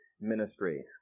ministry